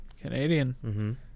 Canadian